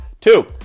Two